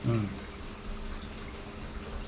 mm